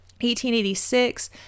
1886